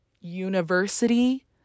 University